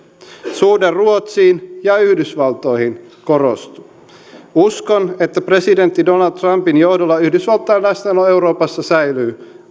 suhde ruotsiin ja yhdysvaltoihin korostuu uskon että presidentti donald trumpin johdolla yhdysvaltain läsnäolo euroopassa säilyy